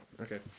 Okay